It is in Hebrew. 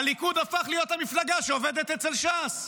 הליכוד הפך להיות המפלגה שעובדת אצל ש"ס.